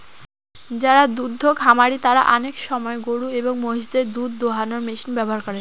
যারা দুদ্ধ খামারি তারা আনেক সময় গরু এবং মহিষদের দুধ দোহানোর মেশিন ব্যবহার করে